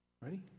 Ready